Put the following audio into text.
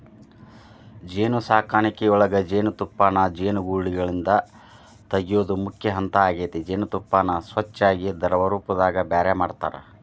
ಜೇನುಸಾಕಣಿಯೊಳಗ ಜೇನುತುಪ್ಪಾನ ಜೇನುಗೂಡಿಂದ ತಗಿಯೋದು ಮುಖ್ಯ ಹಂತ ಆಗೇತಿ ಜೇನತುಪ್ಪಾನ ಸ್ವಚ್ಯಾಗಿ ದ್ರವರೂಪದಾಗ ಬ್ಯಾರೆ ಮಾಡ್ತಾರ